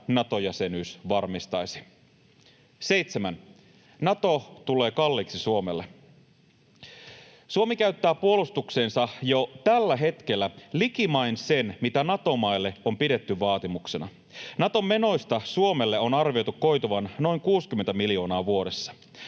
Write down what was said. Nato-jäsenyys varmistaisi. 7) Nato tulee kalliiksi Suomelle. — Suomi käyttää puolustukseensa jo tällä hetkellä likimain sen, mitä Nato-maille on pidetty vaatimuksena. Naton menoista Suomelle on arvioitu koituvan noin 60 miljoonaa vuodessa.